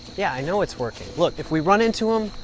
yeah, i know it's working. look, if we run into them,